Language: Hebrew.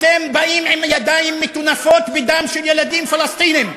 אתם באים בידיים מטונפות מדם של ילדים פלסטינים.